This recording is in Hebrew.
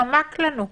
חמק לנו.